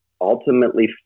ultimately